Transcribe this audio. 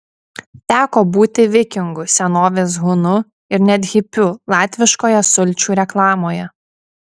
teko būti vikingu senovės hunu ir net hipiu latviškoje sulčių reklamoje